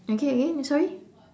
again again sorry